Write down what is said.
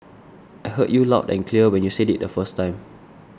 I heard you loud and clear when you said it the first time